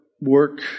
work